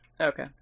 Okay